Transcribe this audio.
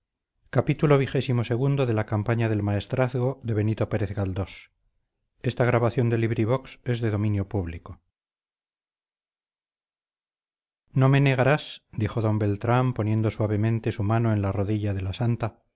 misma no me negarás dijo d beltrán poniendo suavemente su mano en la rodilla de la santa